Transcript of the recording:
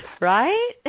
right